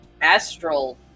Astral